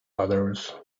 others